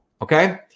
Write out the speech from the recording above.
Okay